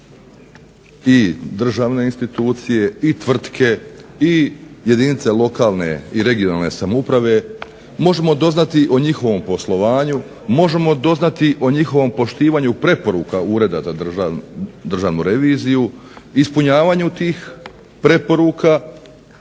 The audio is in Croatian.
i državne institucije i tvrtke i jedinice lokalne i regionalne samouprave, možemo doznati o njihovom poslovanju, možemo doznati o njihovom poštivanju preporuka Ureda za Državnu reviziju, ispunjavanju tih preporuka